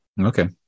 Okay